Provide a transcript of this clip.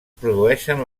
produeixen